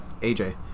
AJ